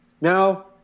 now